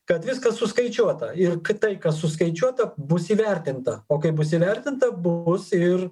kad viskas suskaičiuota ir kad tai kas suskaičiuota bus įvertinta o kai bus įvertinta bus ir